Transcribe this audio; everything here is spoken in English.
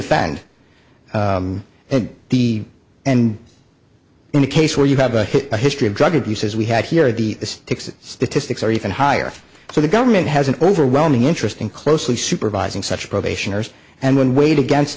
offend and the and in the case where you have a history of drug abuse as we have here the stakes in statistics are even higher so the government has an overwhelming interest in closely supervising such probationers and when weighed against